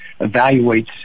evaluates